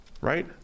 right